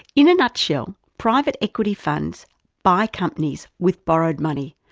in a nutshell, private equity funds buy companies with borrowed money,